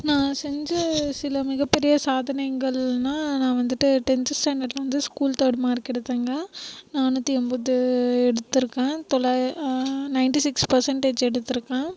நான் செஞ்ச சில மிக பெரிய சாதனைகள்னா நான் வந்துட்டு டென்த்து ஸ்டாண்டர்ட் வந்து ஸ்கூல் தேர்ட் மார்க் எடுத்தேங்க நானூற்றி எண்பது எடுத்துருக்கேன் தொளா நைண்ட்டி சிக்ஸ் பெர்ஸன்டேஜ் எடுத்திருக்கேன்